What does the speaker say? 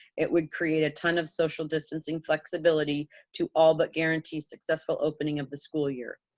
it would create a ton of social distancing flexibility to all but guarantee successful opening of the school year.